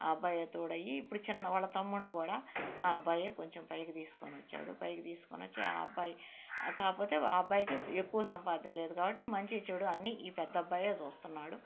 ఆ అబ్బాయే తోడు అయ్యి ఇప్పుడు చిన్న వాళ్ళ తమ్ముడిని కూడా ఆ అబ్బాయే కొంచెం పైకి తీసుకుని వచ్చాడు పైకి తీసుకుని వచ్చి ఆ అబ్బాయి కాకపోతే ఆ అబ్బాయికి ఎక్కువ సంపాదన లేదు కాబట్టి మంచి చెడు అన్ని ఈ పెద్ద అబ్బాయే చూస్తున్నాడు